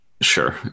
Sure